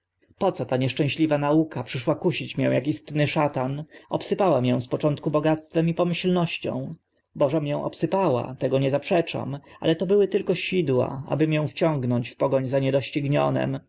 co ta nieszczęśliwa nauka przyszła kusić mię ak istny szatan obsypała mię z początku bogactwem i pomyślnością bo że mię obsypała tego nie zaprzeczam ale to były tylko sidła aby mię wciągnąć w pogoń za